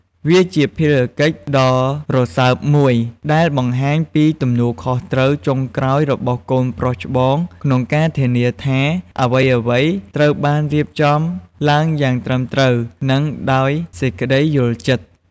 វាជាភារកិច្ចដ៏រសើបមួយ ដែលបង្ហាញពីទំនួលខុសត្រូវចុងក្រោយរបស់កូនប្រុសច្បងក្នុងការធានាថា អ្វីៗត្រូវបានរៀបចំឡើងយ៉ាងត្រឹមត្រូវ និងដោយសេចក្ដីយល់ចិត្ត។